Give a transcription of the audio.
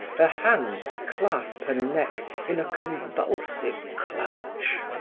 her hands clasp her neck in a convulsive clutch.